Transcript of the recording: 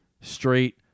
straight